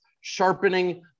sharpening